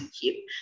keep